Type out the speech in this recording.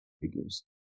figures